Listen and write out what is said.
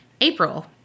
April